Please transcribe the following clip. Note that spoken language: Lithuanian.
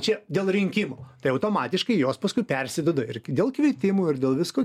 čia dėl rinkimų tai automatiškai jos paskui persiduoda ir dėl kvietimų ir dėl visko